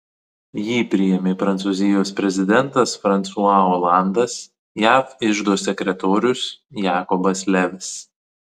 jį priėmė prancūzijos prezidentas fransua olandas jav iždo sekretorius jakobas levis